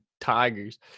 tigers